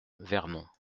vernon